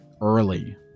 early